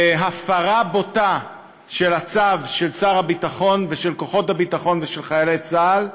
בהפרה בוטה של הצו של שר הביטחון ושל כוחות הביטחון ושל חיילי צה"ל,